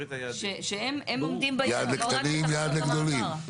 יעד לקטנים, יעד לגדולים.